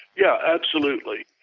yeah, absolutely.